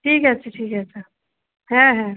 ঠিক আছে ঠিক আছে হ্যাঁ হ্যাঁ